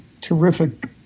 terrific